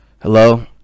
hello